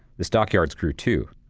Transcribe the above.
the stockyards grew, too.